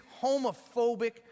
homophobic